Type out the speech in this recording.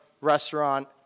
restaurant